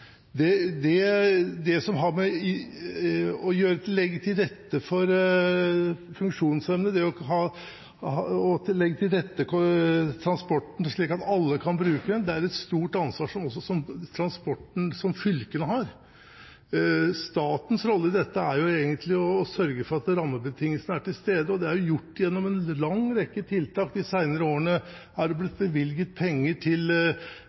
det gjelder å legge til rette for funksjonshemmede og legge til rette for transport slik at alle kan bruke den, er det et stort ansvar som fylkene har. Statens rolle i dette er egentlig å sørge for at rammebetingelsene er til stede, og det er gjort gjennom en lang rekke tiltak. De senere årene er det blitt bevilget penger til